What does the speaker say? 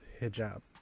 hijab